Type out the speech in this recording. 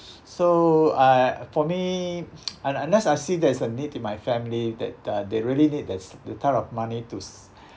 so I for me un~ unless I see there's a the need to my family that uh they really need the s~ that type of money to